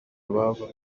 ababo